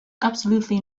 absolutely